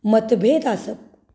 मतभेद आसप